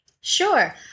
Sure